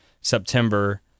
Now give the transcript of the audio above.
September